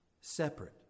separate